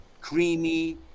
creamy